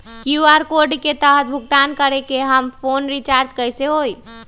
QR code के तहद भुगतान करके हम फोन रिचार्ज कैसे होई?